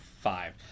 five